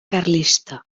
carlista